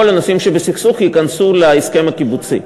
הנושאים שבסכסוך ייכנסו להסכם הקיבוצי.